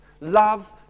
love